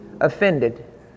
offended